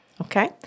Okay